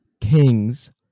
kings